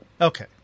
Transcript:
Okay